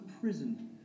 prison